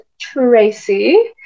Tracy